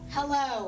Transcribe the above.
Hello